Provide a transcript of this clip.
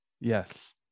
yes